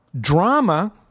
Drama